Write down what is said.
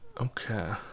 Okay